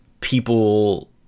people